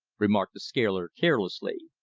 remarked the scaler carelessly.